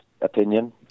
opinion